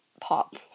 pop